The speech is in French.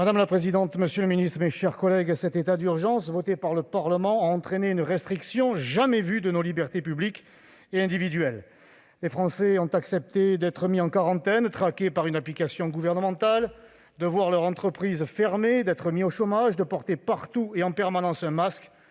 Madame la présidente, monsieur le ministre, mes chers collègues, l'état d'urgence voté par le Parlement a entraîné une restriction jamais vue de nos libertés publiques et individuelles. Les Français ont accepté d'être mis en quarantaine, d'être « trackés » par une application gouvernementale, de voir leur entreprise couler, d'être mis au chômage, de porter partout et tout le temps un masque,